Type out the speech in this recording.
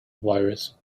virus